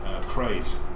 craze